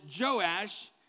Joash